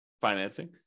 financing